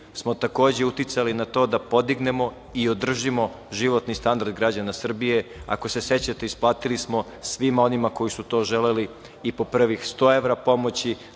smo takođe uticali na to da podignemo i održimo životni standard građana Srbije, ako se sećate isplatili smo svima onima koji su to želeli i po prvih 100 evra pomoći.41/2